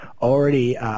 already